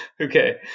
Okay